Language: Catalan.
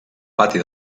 pati